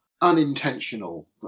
unintentional